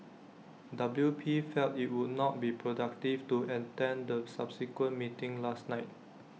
W P felt IT would not be productive to attend the subsequent meeting last night